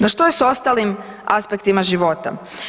No što je s ostalim aspektima života?